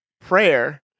prayer